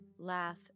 Laugh